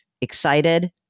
Excited